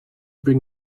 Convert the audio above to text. bring